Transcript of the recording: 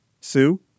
Sue